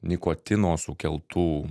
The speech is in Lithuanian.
nikotino sukeltų